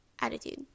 attitude